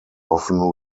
often